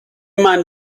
man